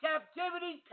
Captivity